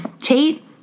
Tate